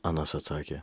anas atsakė